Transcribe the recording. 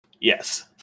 Yes